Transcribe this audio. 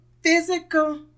physical